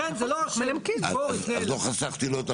אז לא חסכתי לו.